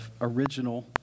original